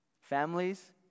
Families